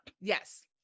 Yes